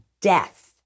death